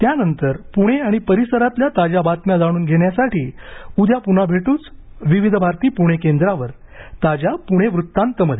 त्यानंतर पुणे आणि परिसरातल्या ताज्या बातम्या जाणून घेण्यासाठी उद्या पून्हा भेटूच विविध भारती पुणे केंद्रावर ताज्या पुणे वृत्तांतमध्ये